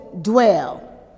dwell